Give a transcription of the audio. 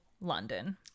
London